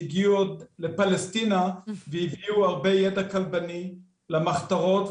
שהגיעו עוד לפלסטינה והביאו הרבה ידע כלבני למחתרות,